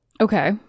Okay